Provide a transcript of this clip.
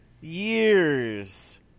years